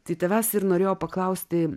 tai tavęs ir norėjau paklausti